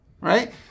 Right